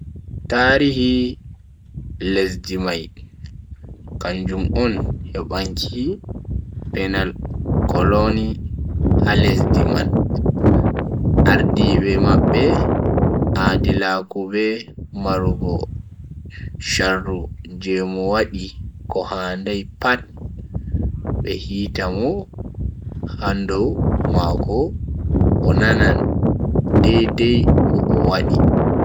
Tarihi lesdi mai kanjum on hebanki penal colony ha lesdi man. ardiibe marbe aadilaaku be marugo shardu je Mo wadi ko handai pat be hiita mo ha bndu mako o nana dai dai ko o wadi.